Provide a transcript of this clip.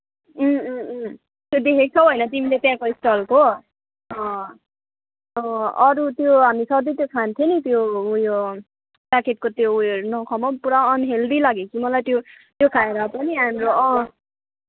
त्यो देखेको छौ होइन तिमीले त्यहाँको स्टलको अँ अरू त्यो हामी सधैँ त्यो खान्थ्यौँ नि त्यो उयो प्याकेटको त्यो उयोहरू नखाऊँ हौ पुरा अनहेल्दी लाग्यो कि मलाई त्यो त्यो खाएर पनि